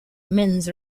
mens